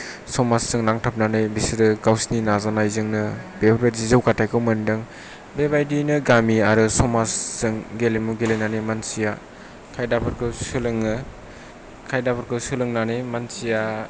समाजजों नांथाबनानै बिसोरो गावसोरनि नाजानायजोंनो बेफोरबायदि जौगाथायखौ मोन्दों बेबायदियैनो गामि आरो समाजजों गेलेमु गेलेनानै मानसिया खायदाफोरखौ सोलोङो खायदाफोरखौ सोलोंनानै मानसिया